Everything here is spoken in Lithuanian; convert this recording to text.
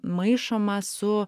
maišoma su